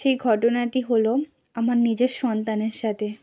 সেই ঘটনাটি হলো আমার নিজের সন্তানের সাথে